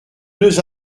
deux